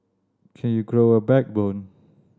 can you grow a backbone